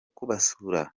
kubasura